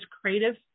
creative